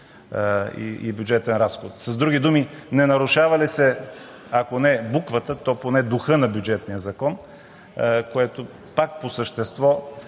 и бюджетен разход? С други думи не се ли нарушава, ако не буквата, то поне духът на бюджетния закон, което по същество